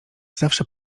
zawsze